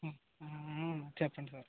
ఆ చెప్పండి సార్